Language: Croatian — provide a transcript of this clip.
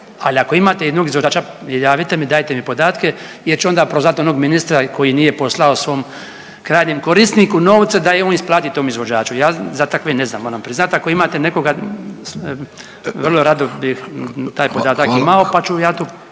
ali ako imate jednog izvođača, javite mi i dajte mi podatke jer ću onda prozvat onog ministra koji nije poslao svom krajnjem korisniku novce da on isplati novce tom izvođaču, ja za takve ne znam, moram priznati, ako imate nekoga, vrlo rado bih taj podatak imao .../Upadica: